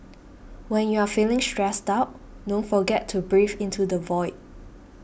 when you are feeling stressed out don't forget to breathe into the void